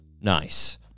Nice